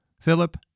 Philip